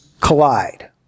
collide